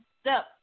step